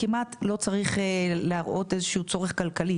כמעט לא צריך להראות איזשהו צורך כלכלי,